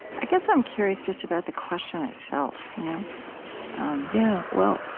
i guess i'm curious, just about the question itself you know um yeah well,